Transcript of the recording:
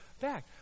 back